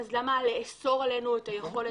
אז למה לאסור עלינו את היכולת?